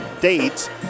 dates